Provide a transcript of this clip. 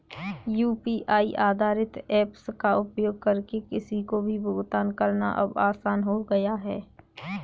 UPI आधारित apps का उपयोग करके किसी को भी भुगतान करना अब आसान हो गया है